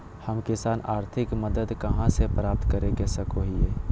हम किसान आर्थिक मदत कहा से प्राप्त कर सको हियय?